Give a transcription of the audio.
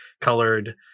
colored